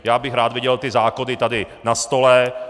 Já bych rád viděl ty zákony tady na stole.